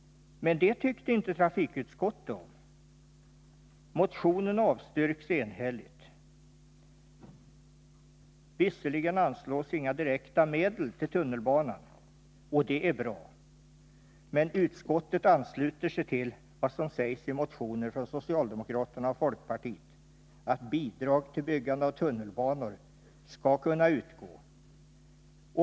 Men detta tyckte inte trafikutskottet om. Motionen avstyrks enhälligt. Visserligen föreslås inga direkta medel till tunnelbanan — och det är bra — men utskottet ansluter sig till vad som sägs i motioner från socialdemokraterna och folkpartiet om att bidrag till byggande av tunnelbanor skall kunna utgå.